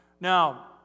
now